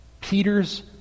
Peter's